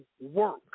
work